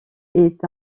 est